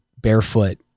barefoot